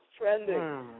trending